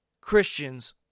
Christians